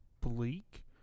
bleak